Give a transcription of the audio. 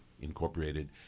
Incorporated